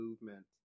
movement